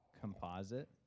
composite